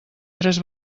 tres